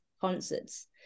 concerts